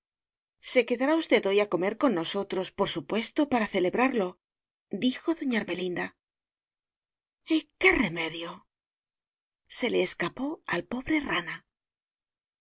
se quedará usted hoy a comer con nosotros por supuesto para celebrarlo dijo doña ermelinda y qué remedio se le escapó al pobre rana